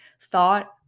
thought